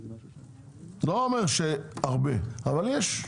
לא אומר שהרבה, אבל יש.